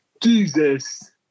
Jesus